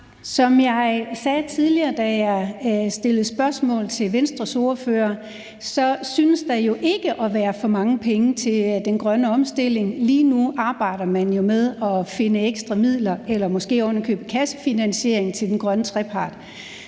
Som jeg sagde tidligere, da jeg stillede spørgsmål til Venstres ordfører, synes der jo ikke at være for mange penge til den grønne omstilling. Lige nu arbejder man jo med at finde ekstra midler eller måske ovenikøbet kassefinansiering til den grønne trepart.